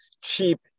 cheap